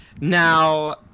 Now